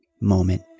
moment